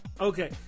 Okay